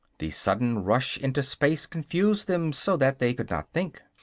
the sudden rush into space confused them so that they could not think.